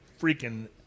freaking